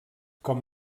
com